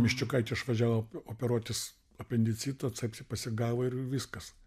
miščiukaitė išvažiavo operuotis apendicitą sepsį pasigavo ir viskas